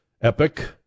epic